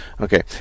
Okay